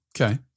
Okay